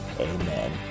Amen